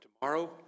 tomorrow